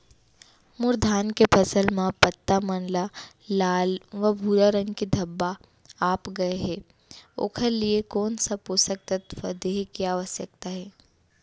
मोर धान के फसल म पत्ता मन म लाल व भूरा रंग के धब्बा आप गए हे ओखर लिए कोन स पोसक तत्व देहे के आवश्यकता हे?